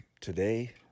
Today